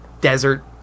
desert